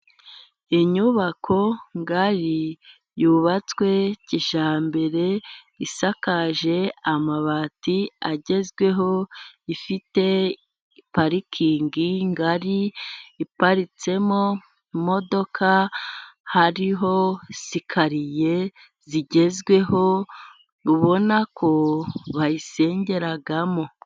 Inyubako ngali yubatswe kijyambere isakajwe amabati agezweho, ifite parikingi ngari, my iparitsemo imodoka, hariho sikariye zigezweho ubona ko bayisengeramo.